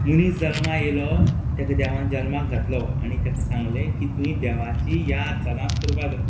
मनीस जल्मा येयलो ताका देवान जल्माक घातलो आनी ताका सांगलें की तुवें देवाची याद सदांच करपा जाय